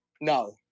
No